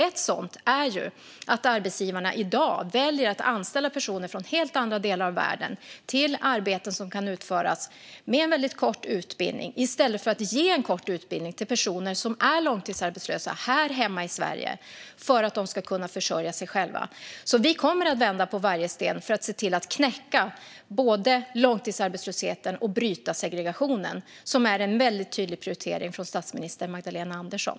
Ett sådant är att arbetsgivarna i dag väljer att anställa personer från helt andra delar av världen för arbeten som kan utföras med en väldigt kort utbildning, i stället för att ge en kort utbildning till personer som är långtidsarbetslösa här hemma i Sverige så att de kan försörja sig själva. Vi kommer att vända på varje sten för att se till att både knäcka långtidsarbetslösheten och bryta segregationen. Det är en väldigt tydlig prioritering från statsminister Magdalena Andersson.